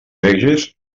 veges